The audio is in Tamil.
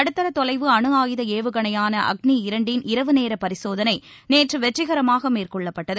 நடுத்தர தொலைவு அணுஆயுத ஏவுகணையான அக்ளி இரண்டின் இரவுநேர பரிசோதனை நேற்று வெற்றிகரமாக மேற்கொள்ளப்பட்டது